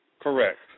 Correct